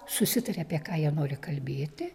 susitaria apie ką jie nori kalbėti